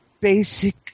basic